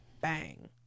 Bang